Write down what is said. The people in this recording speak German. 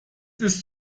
ist